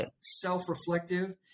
self-reflective